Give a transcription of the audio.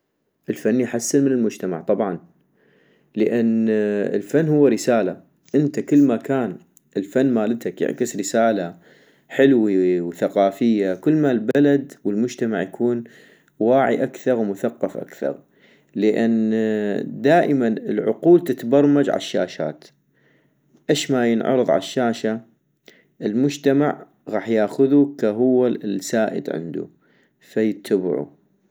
الفن يحسن من المجتمع طبعا - لان الفن هو رسالة، انت كل ما كان الفن مالتك يعكس رسالة حلوي وثقافية كل ما البلد والمجتمع يكون واعي اكثغ ومثقف اكثغ - لان دائما العقول تتبرمج عالشاشات اشما ينعرض عالشاشة المجتمع غاح ياخذو كهو السائد عندو، فيتبعو